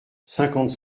cinquante